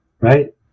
right